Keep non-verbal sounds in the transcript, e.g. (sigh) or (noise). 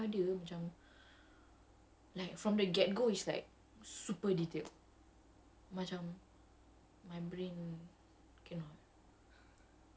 the person kan like mellow she's a good dancer but dia punya ajar dia macam (breath) like from the get go is like super detailed